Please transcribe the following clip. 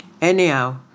Anyhow